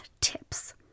tips